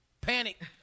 Panic